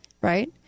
Right